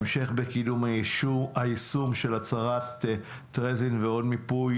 המשך בקידום היישום של הצהרת טרזין ומיפוי